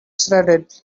shredded